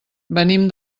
venim